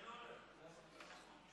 נכון, מדויק.